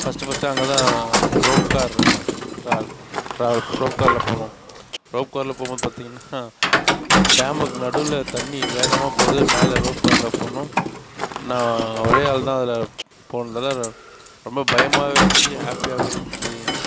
first first அங்கே தான் rope car travel travel போ ரோப்காரில் போனோம் ரோப்காரில் போகும்போது பார்த்தீங்கன்னா டேமுக்கு நடுவில் தண்ணி வேகமாக போகுது மேலே ரோப்காரில் போனோம் நான் ஒரே ஆள் தான் அதில் போனதில் ரொ ரொம்ப பயமாகவே இருந்துச்சி ஹேப்பியாகவும் இருந்துச்சி